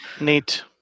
neat